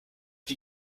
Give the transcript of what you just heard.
die